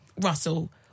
russell